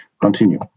continue